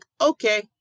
okay